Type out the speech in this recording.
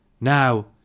Now